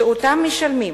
שאותם משלמים